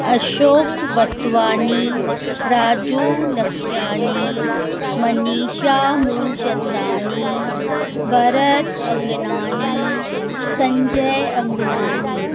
Ashok Vatwani Raju Lakhyani Manisha Moolchandani Bharat Agnani Sanjay Agnani